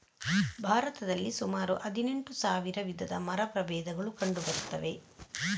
ಭಾರತದಲ್ಲಿ ಸುಮಾರು ಹದಿನೆಂಟು ಸಾವಿರ ವಿಧದ ಮರ ಪ್ರಭೇದಗಳು ಕಂಡು ಬರ್ತವೆ